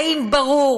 האם ברור